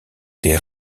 des